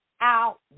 out